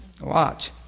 watch